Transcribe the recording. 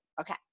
Okay